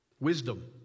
wisdom